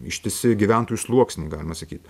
ištisi gyventojų sluoksniai galima sakyt